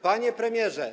Panie Premierze!